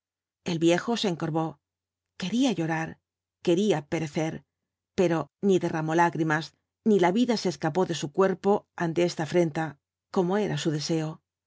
el viejo se encorvó quería llorar quería perecer pero ni derramó lágrimas ni la vida se escapó de su cuerpo ante esta afrenta como era su deseo